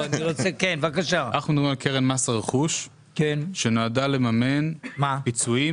אנחנו מדברים על קרן מס הרכוש שנועדה לממן פיצויים